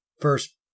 first